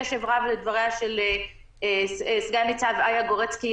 קשב רב לדבריה של סגן ניצב איה גורצקי,